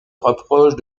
rapproche